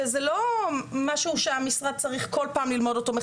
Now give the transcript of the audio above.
וזה לא משהו שהמשרד צריך ללמוד אותו כל פעם מחדש,